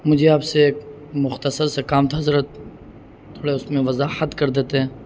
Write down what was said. مجھے آپ سے ایک مختصر سے کام حضرت تھوڑے اس میں وضاحت کر دیتے ہیں